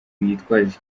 yitwaje